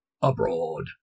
abroad